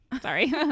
Sorry